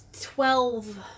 twelve